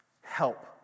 help